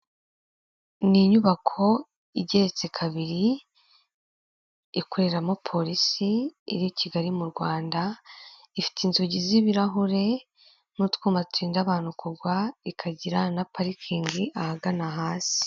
Kiyosike ya emutiyeni irafunguye hari umukiriya uri gusaba serivisi, abantu baratambuka mu muhanda hagati y'amazu, hejuru hari insinga zitwara umuriro w'amashanyarazi ziwujyana mu baturage.